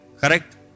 Correct